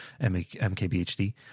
MKBHD